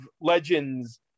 legends